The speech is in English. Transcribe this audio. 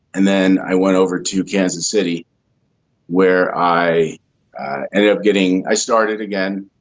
and then i went over to kansas city where i ended up getting i started again